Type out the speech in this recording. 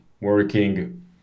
working